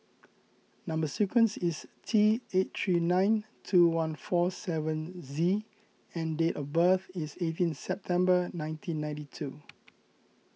Number Sequence is T eight three nine two one four seven Z and date of birth is eighteen September nineteen ninety two